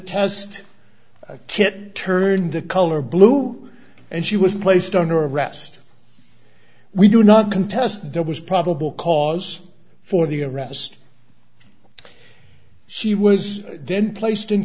test kit turned the color blue and she was placed under arrest we do not contest there was probable cause for the arrest she was then placed in